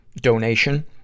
donation